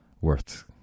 worth